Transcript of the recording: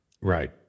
Right